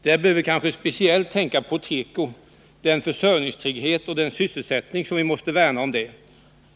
Här bör vi kanske framför allt tänka på att värna om försörjningstryggheten och sysselsättningen inom tekoindustrin.